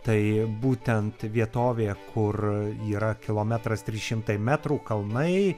tai būtent vietovė kur yra kilometras trys šimtai metrų kalnai